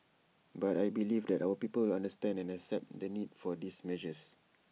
but I believe that our people will understand and accept the need for these measures